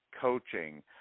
coaching